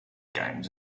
games